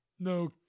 No